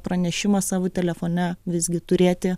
pranešimą savo telefone visgi turėti